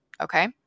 Okay